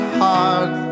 heart